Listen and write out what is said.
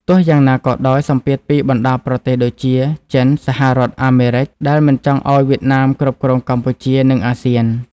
ទោះយ៉ាងណាក៏ដោយ សម្ពាធពីបណ្ដាប្រទេសដូចជា ចិន សហរដ្ឋអាមេរិក ដែលមិនចង់ឱ្យវៀតណាមគ្រប់គ្រងកម្ពុជា និង អាស៊ាន ។